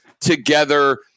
together